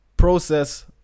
process